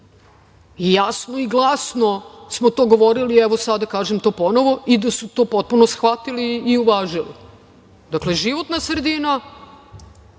i jasno i glasno smo to govorili, a sada kažem to ponovo i da su to potpuno shvatili i uvažili. Dakle, životna sredina